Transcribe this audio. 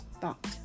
thought